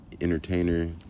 entertainer